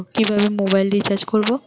কিভাবে mobile recharge করব?